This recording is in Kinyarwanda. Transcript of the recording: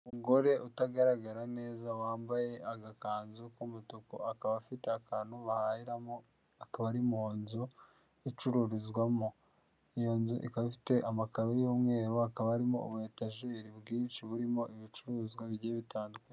Umugore utagaragara neza wambaye agakanzu k'umutuku akaba afite akantu bahahiramo, akaba ari mu nzu icururizwamo iyo nzu ikaba ifite amakaro y'umweru, hakaba harimo ubu etajeri bwinshi burimo ibicuruzwa bigiye bitandukanye.